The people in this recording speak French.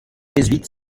jésuites